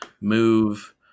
move